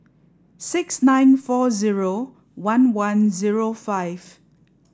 six nine four zero one one zero five